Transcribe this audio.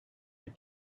and